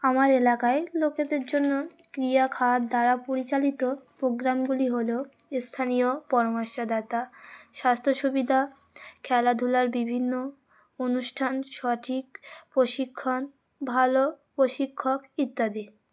আমার এলাকায় লোকেদের জন্য ক্রিড়া খাত দ্বারা পরিচালিত প্রোগ্রামগুলি হলো স্থানীয় পরামর্শদাতা স্বাস্থ্য সুবিধা খেলাধুলার বিভিন্ন অনুষ্ঠান সঠিক প্রশিক্ষণ ভালো প্রশিক্ষক ইত্যাদি